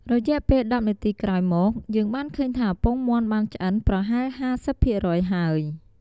រយៈពេល១០នាទីក្រោយមក យើងបានឃើញថាពងមាន់បានឆ្អិនប្រហែល៥០ភាគរយហើយ។